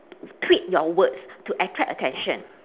tweak your words to attract attention